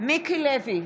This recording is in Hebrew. מיקי לוי,